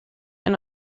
and